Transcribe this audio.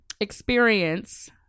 experience